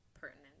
pertinent